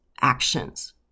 actions